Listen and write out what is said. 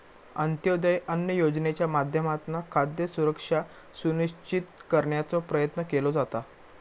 अंत्योदय अन्न योजनेच्या माध्यमातना खाद्य सुरक्षा सुनिश्चित करण्याचो प्रयत्न केलो जाता